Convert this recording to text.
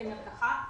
כמרקחה,